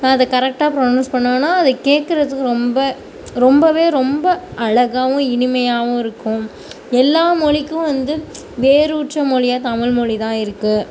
அதை கரெக்ட்டாக ப்ரொனவுன்ஸ் பண்ணோனா அதை கேட்குறதுக்கு ரொம்ப ரொம்பவே ரொம்ப அழகாகவும் இனிமையாகவும் இருக்கும் எல்லா மொழிக்கும் வந்து வேரூற்ற மொழியாக தமிழ் மொழி தான் இருக்குது